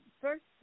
first